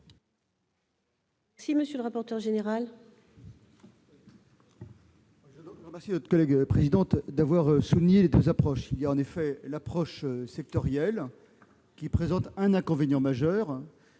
retrait, monsieur le rapporteur général,